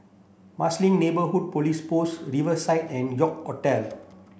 Marsiling Neighbourhood Police Post Riverside and York Hotel